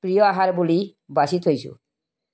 প্ৰিয় আহাৰ বুলি বাছি থৈছোঁ